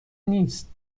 نیست